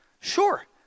Sure